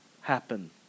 happen